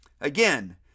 Again